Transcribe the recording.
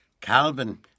Calvin